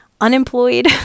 unemployed